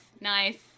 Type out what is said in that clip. nice